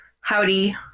howdy